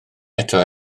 eto